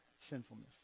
sinfulness